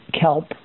kelp